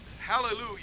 Hallelujah